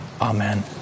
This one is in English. Amen